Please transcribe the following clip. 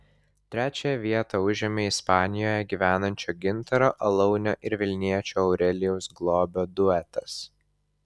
trečiąją vietą užėmė ispanijoje gyvenančio gintaro alaunio ir vilniečio aurelijaus globio duetas